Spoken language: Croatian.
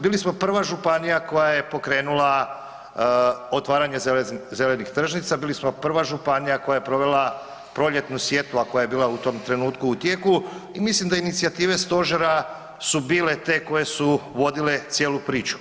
Bili smo prva županija koja je pokrenula otvaranje zelenih tržnica, bili smo prva županija koja je provela proljetnu sjetvu a koja je bila u tom trenutku u tijeku i mislim da inicijative stožera su bile te koje su vodile cijelu priču.